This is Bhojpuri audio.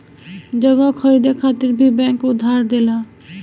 जगह खरीदे खातिर भी बैंक उधार देला